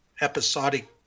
episodic